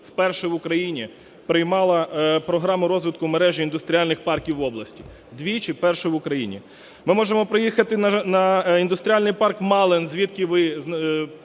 вперше в Україні приймала програму розвитку мережі індустріальних парків в області. Двічі вперше в Україні. Ми можемо приїхати в індустріальний парк у Малин, звідки ви